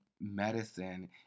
Medicine